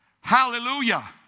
hallelujah